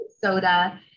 soda